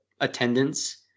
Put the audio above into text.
attendance